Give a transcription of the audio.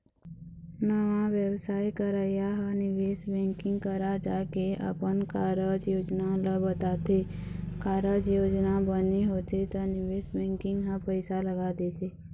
नवा बेवसाय करइया ह निवेश बेंकिग करा जाके अपन कारज योजना ल बताथे, कारज योजना बने होथे त निवेश बेंकिग ह पइसा लगा देथे